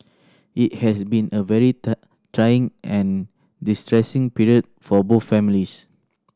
it has been a very trying and distressing period for both families